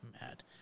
mad